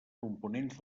components